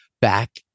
Back